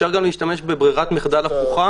אפשר גם להשתמש בברירת מחדל הפוכה,